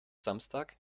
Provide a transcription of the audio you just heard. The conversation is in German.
samstag